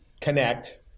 connect